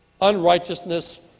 unrighteousness